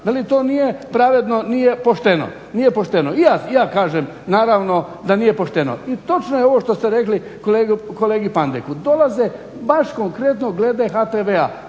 Veli to nije pravedno, nije pošteno. I ja kažem naravno da nije pošteno. I točno je ovo što ste rekli kolegi Pandeku. Dolaze baš konkretno glede HTV-a,